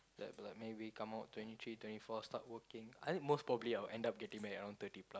like like maybe come out around twenty three twenty four start working I think most probably I will end up getting married around thirty plus